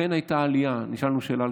נשאלנו שאלה,